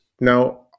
Now